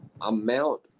amount